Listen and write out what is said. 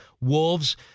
wolves